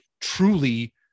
truly